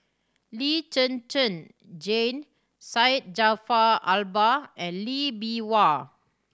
Lee Zhen Zhen Jane Syed Jaafar Albar and Lee Bee Wah